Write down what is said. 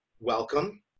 welcome